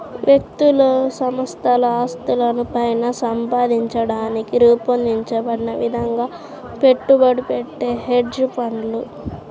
వ్యక్తులు సంస్థల ఆస్తులను పైన సంపాదించడానికి రూపొందించబడిన విధంగా పెట్టుబడి పెట్టే హెడ్జ్ ఫండ్లు